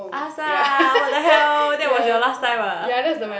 ask ah what the hell that was your last time ah